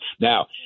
Now